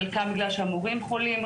חלקם בגלל שהמורים חולים,